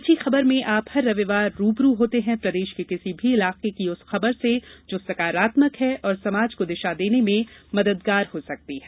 अच्छी खबर में आप हर रविवार रूबरू होते हैं प्रदेश के किसी भी इलाके की उस खबर से जो सकारात्मक है और समाज को दिशा देने में मददगार हो सकती है